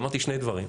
אמרתי שני דברים: